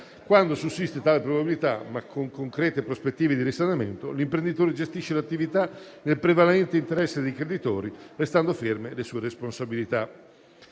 Quando sussiste tale probabilità, ma con concrete prospettive di risanamento, l'imprenditore gestisce l'attività nel prevalente interesse dei creditori, restando ferme le sue responsabilità.